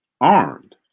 armed